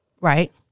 Right